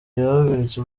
yahagaritse